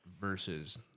versus